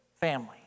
family